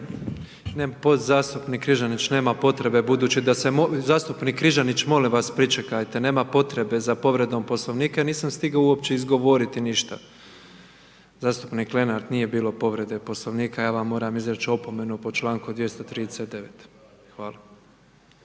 vi to normalno nećete, jer ne smijete. **Petrov, Božo (MOST)** Kolega Križanić, nema potrebe za povredom Poslovnikom jer nisam stigao uopće izgovoriti ništa. Zastupnik Lenart, nije bilo povrede Poslovnika, ja vam moram izreći opomenu po članku 239. Hvala.